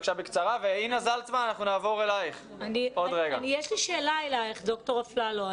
יש לי שאלה לדוקטור אפרת אפללו.